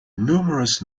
numerous